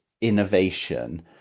innovation